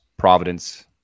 providence